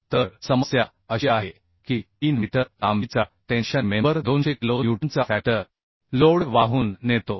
तर समस्या अशी आहे की 3 मीटर लांबीचा टेन्शन मेंबर 200 किलो न्यूटनचा फॅक्टर लोड वाहून नेतो